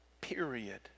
period